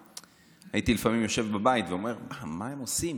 הייתי יושב בבית לפעמים ואומר, מה הם עושים?